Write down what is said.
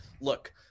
look